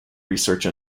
research